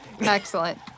Excellent